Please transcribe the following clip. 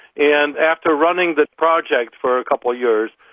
and after running the project for a couple of years,